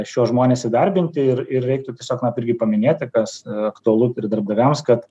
šiuos žmones įdarbinti ir ir reiktų tiesiog na irgi paminėti kas aktualu ir darbdaviams kad